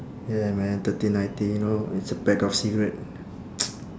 ya man thirteen ninety you know it's a pack of cigarette